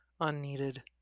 unneeded